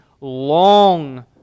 long